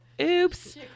Oops